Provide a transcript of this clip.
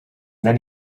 then